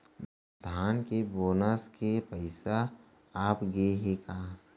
धान के बोनस के पइसा आप गे हे का?